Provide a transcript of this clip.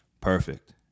perfect